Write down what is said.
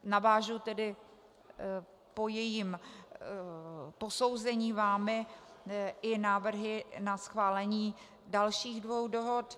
Navážu po jejím posouzení vámi na návrhy na schválení dalších dvou dohod.